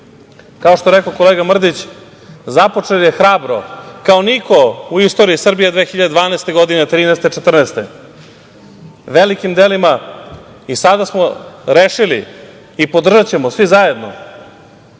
Kao što je rekao kolega Mrdić, započeo je hrabro, kao niko, u istoriji Srbije, 2012. godine, 2013, 2014. godine, velikim delima i sada smo rešili i podržaćemo svi zajedno,